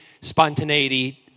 spontaneity